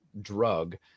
drug